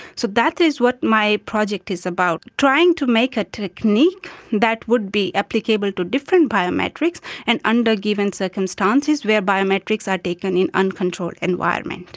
so that is what my project is about, trying to make a technique that would be applicable to different biometrics and under given circumstances where biometrics are taken in uncontrolled environments.